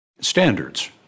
Standards